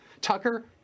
Tucker